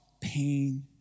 pain